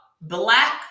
black